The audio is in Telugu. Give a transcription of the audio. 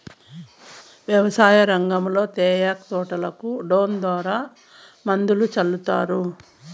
వ్యవసాయ రంగంలో తేయాకు తోటలకు డ్రోన్ ద్వారా మందులు సల్లుతారు